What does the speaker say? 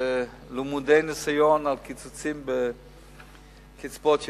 אנחנו למודי ניסיון בקיצוצים בקצבאות ילדים,